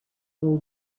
all